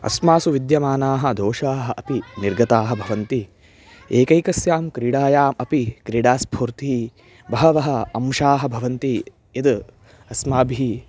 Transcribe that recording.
अस्मासु विद्यमानाः दोषाः अपि निर्गताः भवन्ति एकैकस्यां क्रीडायाम् अपि क्रीडास्फूर्तिः बहवः अंशाः भवन्ति यद् अस्माभिः